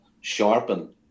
sharpen